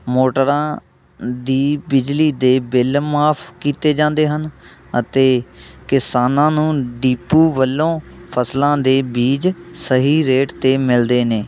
ਮੋਟਰਾਂ ਦੀ ਬਿਜਲੀ ਦੇ ਬਿਲ ਮਾਫ ਕੀਤੇ ਜਾਂਦੇ ਹਨ ਅਤੇ ਕਿਸਾਨਾਂ ਨੂੰ ਡੀਪੂ ਵੱਲੋਂ ਫਸਲਾਂ ਦੇ ਬੀਜ ਸਹੀ ਰੇਟ 'ਤੇ ਮਿਲਦੇ ਨੇ